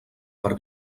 per